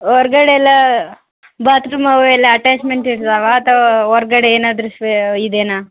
ಹೊರ್ಗಡೆ ಎಲ್ಲ ಬಾತ್ರೂಮ್ ಅವೆಲ್ಲ ಅಟ್ಯಾಚ್ಮೆಂಟ್ ಇರ್ತಾವಾ ಅಥವಾ ಹೊರ್ಗಡೆ ಏನಾದರೂ ಸ್ವೇ ಇದೆಯಾ